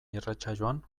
irratsaioan